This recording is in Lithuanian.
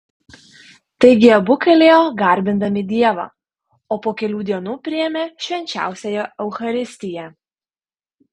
taigi abu kalėjo garbindami dievą o po kelių dienų priėmė švenčiausiąją eucharistiją